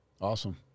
Awesome